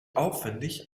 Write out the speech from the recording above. aufwendig